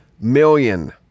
million